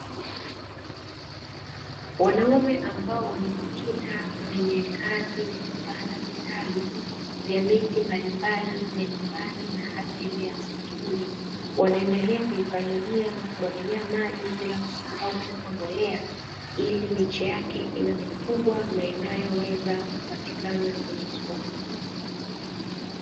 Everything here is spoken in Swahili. Wanaume ambao wamejikita kwenye kazi ya kupanda vitalu vya miti mbalimbali ya nyumbani hata ile ya msituni. Wanaendelea kuipalilia na kuimwagilia maji bila kusahau kuweka mbolea ili miche yake iwe mikubwa na inayoweza kupatikana kwenye soko.